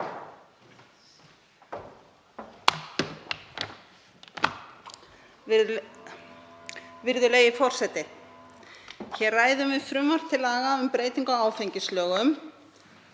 Virðulegi forseti. Hér ræðum við frumvarp til laga um breytingu á áfengislögum,